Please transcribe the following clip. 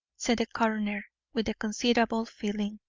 said the coroner, with considerable feeling.